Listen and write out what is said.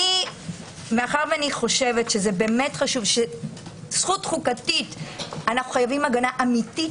מאחר שאני חושבת שחשוב שזכות חוקתית אנו חייבים הגנה אמיתית